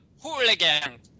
Hooligan